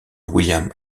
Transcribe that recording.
william